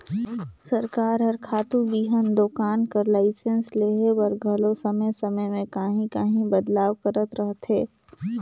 सरकार हर खातू बीहन दोकान कर लाइसेंस लेहे बर घलो समे समे में काहीं काहीं बदलाव करत रहथे